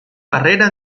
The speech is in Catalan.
barrera